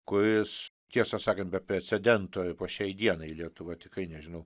kuris tiesą sakant be precedento po šiai dienai lietuva tikrai nežinau